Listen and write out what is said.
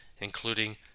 including